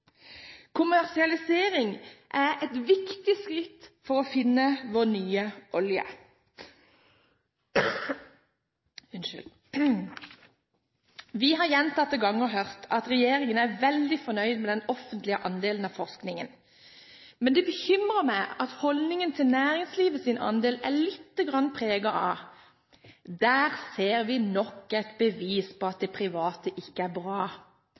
Kommersialisering er et viktig skritt for å finne vår nye olje! Vi har gjentatte ganger hørt at regjeringen er veldig fornøyd med den offentlige andelen av forskningen, men det bekymrer meg at holdningen til næringslivets andel er litt preget av dette: Der ser vi nok et bevis på at det private ikke er bra,